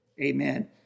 Amen